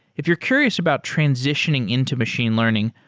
if you're curious about transitioning into machine learning,